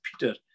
Peter